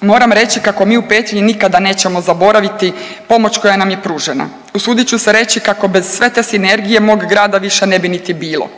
Moram reći kako mi u Petrinji nikada nećemo zaboraviti pomoć koja nam je pružena. Usudit ću se reći kako bez sve te sinergije mog grada više ne bi niti bilo.